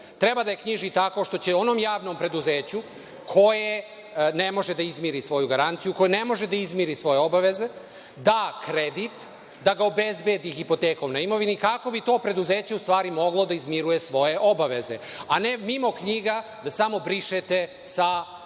treba da je knjiži tako što će onom javnom preduzeću koje ne može da izmiri svoju garanciju, koja ne može da izmiri svoje obaveze da kredit, da ga obezbedi hipotekom na imovinu kako bi to preduzeće u stvari moglo da izmiruje svoje obaveze, a ne mimo knjiga da samo brišete sa liste